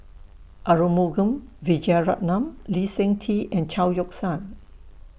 Arumugam Vijiaratnam Lee Seng Tee and Chao Yoke San